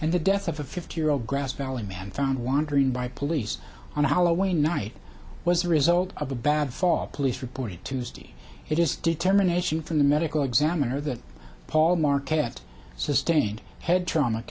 and the death of a fifty year old grass valley man found wandering by police on halloween night was the result of a bad fall police reported tuesday it is determination from the medical examiner that paul market sustained head trauma